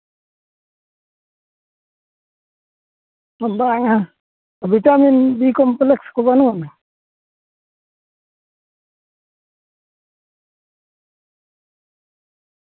ᱵᱟᱝᱟ vitamin B complex ᱠᱚ ᱵᱟᱹᱱᱩᱜ ᱟᱱᱟᱝ